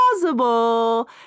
plausible